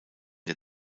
der